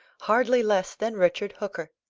hardly less than richard hooker.